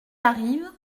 arrivent